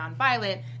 nonviolent